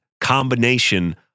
combination